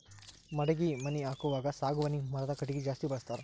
ಮಡಗಿ ಮನಿ ಹಾಕುವಾಗ ಸಾಗವಾನಿ ಮರದ ಕಟಗಿ ಜಾಸ್ತಿ ಬಳಸ್ತಾರ